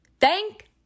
Thank